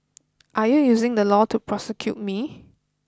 are you using the law to persecute me